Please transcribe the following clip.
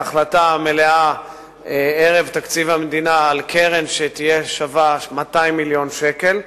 להחלטה מלאה ערב תקציב המדינה על קרן שתהיה שווה 200 מיליון שקל,